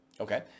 okay